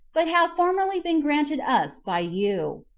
but have formerly been granted us by you.